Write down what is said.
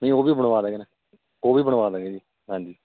ਨਹੀਂ ਉਹ ਵੀ ਬਣਵਾਦਾਂਗੇ ਨਾ ਉਹ ਵੀ ਬਣਵਾਦਾਂਗੇ ਜੀ ਹਾਂਜੀ